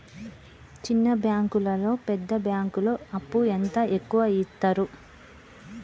చిన్న బ్యాంకులలో పెద్ద బ్యాంకులో అప్పు ఎంత ఎక్కువ యిత్తరు?